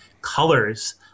colors